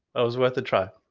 it was worth a try.